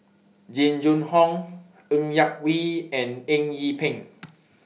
Jing Jun Hong Ng Yak Whee and Eng Yee Peng